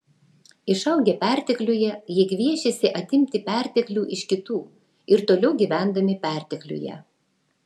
išaugę pertekliuje jie gviešėsi atimti perteklių iš kitų ir toliau gyvendami pertekliuje